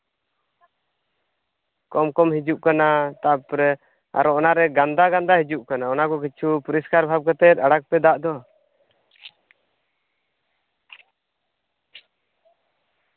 ᱠᱚᱢ ᱠᱚᱢ ᱦᱤᱡᱩᱜ ᱠᱟᱱᱟ ᱛᱟᱨᱯᱚᱨᱮ ᱟᱨᱚ ᱚᱱᱟᱨᱮ ᱜᱟᱱᱫᱟ ᱜᱟᱱᱫᱟ ᱦᱤᱡᱩᱜ ᱠᱟᱱᱟ ᱚᱱᱟ ᱠᱚ ᱠᱤᱪᱷᱩ ᱯᱚᱨᱤᱥᱠᱟᱨ ᱵᱷᱟᱵ ᱠᱟᱛᱮ ᱟᱲᱟᱜᱽ ᱯᱮ ᱫᱟᱜ ᱫᱚ